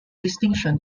distinction